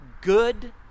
good